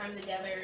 together